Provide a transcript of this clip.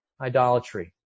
idolatry